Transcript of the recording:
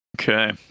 Okay